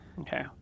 Okay